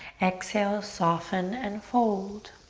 exhale, soften and fold.